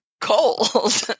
cold